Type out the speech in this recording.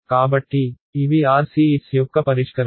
కాబట్టి ఇవి RCS యొక్క పరిష్కరాలు